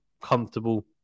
comfortable